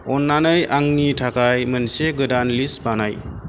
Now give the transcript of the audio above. अननानै आंनि थाखाय मोनसे गोदान लिस्ट बानाय